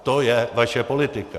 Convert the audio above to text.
To je vaše politika.